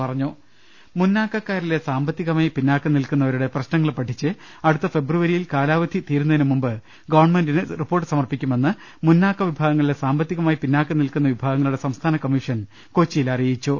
രു ൽ ശ്വ ്യ ശ്വ ്യ ശ്ര ്യ ശ്ര ്യ ശ മൂന്നാക്കക്കാരിലെ സാമ്പത്തികമായി പിന്നാക്കം നിൽക്കുന്നവരുടെ പ്രശ്നങ്ങൾ പഠിച്ച് അടുത്ത ഫെബ്രവരിയിൽ കാലാവധി തീരുന്നതിന് മുമ്പ് ഗവൺമെന്റിന് റിപ്പോർട്ട് സമർപ്പിക്കുമെന്ന് മുന്നാക്ക വിഭാഗങ്ങളിലെ സാമ്പത്തികമായി പിന്ന്ാക്കം നിൽക്കുന്ന വിഭാഗങ്ങളുടെ സംസ്ഥാന കമ്മീഷൻ കൊച്ചിയിൽ അറിയിച്ചു